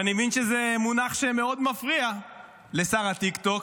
ואני מבין שזה מונח שמאוד מפריע לשר הטיקטוק,